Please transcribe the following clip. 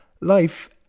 Life